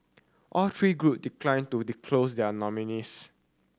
all three group declined to disclose their nominees